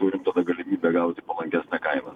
turim tada galimybę gauti palankesne kaina